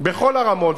בכל הרמות.